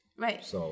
Right